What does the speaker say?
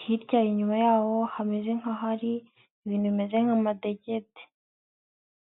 hirya inyuma yaho hameze nk'ahari ibintu bimeze nk'amadegede.